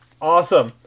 Awesome